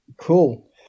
cool